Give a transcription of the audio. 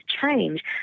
change